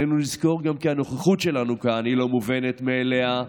עלינו לזכור גם כי הנוכחות שלנו כאן היא לא מובנת מאליה,